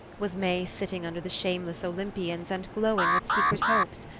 was may sitting under the shameless olympians and glowing with secret hopes,